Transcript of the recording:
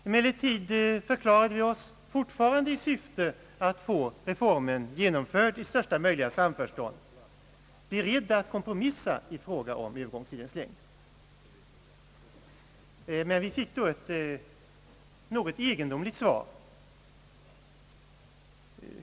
Emellertid förklarade vi oss, fortfarande i syfte att få reformen genomförd i största möjliga samförstånd, beredda att kompromissa i fråga om övergångstidens längd. Vi fick då ett ganska egendomligt svar.